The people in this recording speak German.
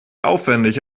aufwendig